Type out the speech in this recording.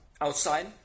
outside